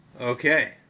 Okay